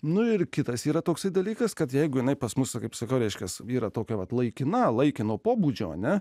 nu ir kitas yra toksai dalykas kad jeigu jinai pas mus kaip sakau reiškiasi vyrą tokia vat laikina laikino pobūdžio ana